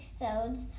episodes